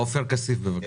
עופר כסיף, בבקשה.